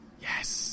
Yes